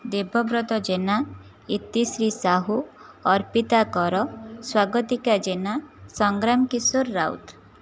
Debabrata Jena Itishree Sahu Arpita Kar Swagatika Jena Sangram Kishore Raut